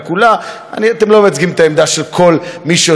אתם לא מייצגים את העמדה של כל מי שיושבים בקואליציה,